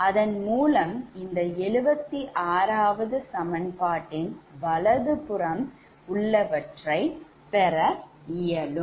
அதன் மூலம் இந்த 76 சமன்பாட்டின் வலது புறம் உள்ளவற்றை பெறலாம்